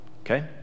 Okay